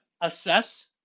assess